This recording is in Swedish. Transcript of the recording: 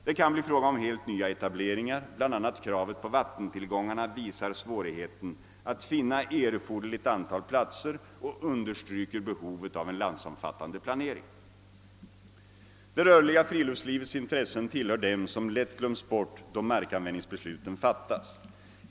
Det kan bli fråga om helt nya etableringar. Bl.a. kravet på vattentillgångarna visar svårigheten att finna erforderligt antal platser och understryker behovet av en landsomfattande planering. Det rörliga friluftslivets intressen tillhör dem som lätt glöms bort då markanvändningsbesluten fattas.